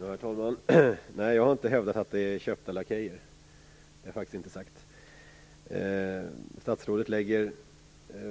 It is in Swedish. Herr talman! Jag har inte hävdat att de är köpta lakejer. Det har jag inte sagt. Statsrådet lägger